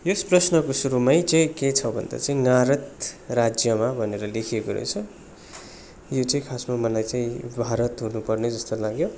यस प्रश्नको सुरुमै चाहिँ के छ भन्दा चाहिँ भारत राज्यमा भनेर लेखिएको रहेछ यो चाहिँ खासमा मलाई चाहिँ भारत हुनुपर्ने जस्तो लाग्यो